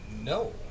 no